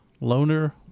Loner